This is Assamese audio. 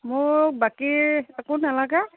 মোৰ বাকী একো নালাগে